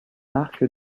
arc